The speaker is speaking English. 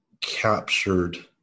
captured